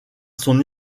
son